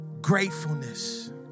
gratefulness